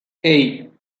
hey